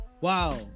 wow